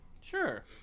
Sure